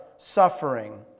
suffering